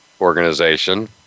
Organization